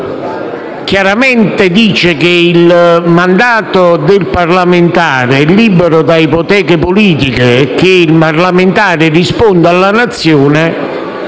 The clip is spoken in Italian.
chiaramente dice che il mandato del parlamentare è libero da ipoteche politiche e che il parlamentare risponde alla Nazione,